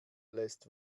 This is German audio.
lässt